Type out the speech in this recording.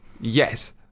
Yes